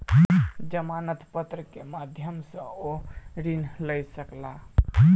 जमानत पत्र के माध्यम सॅ ओ ऋण लय सकला